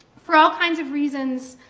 for all kinds of reasons,